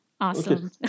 awesome